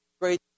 great